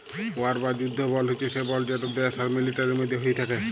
war বা যুদ্ধ বল্ড হছে সে বল্ড যেট দ্যাশ আর মিলিটারির মধ্যে হ্যয়ে থ্যাকে